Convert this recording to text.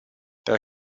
per